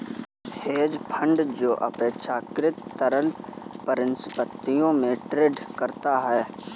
hedge fund जो अपेक्षाकृत तरल परिसंपत्तियों में ट्रेड करता है